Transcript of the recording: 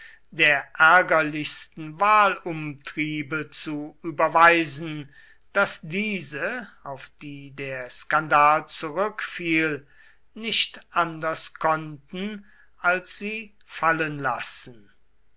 der ärgerlichsten wahlumtriebe zu überweisen daß diese auf die der skandal zurückfiel nicht anders konnten als sie fallen lassen